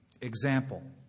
example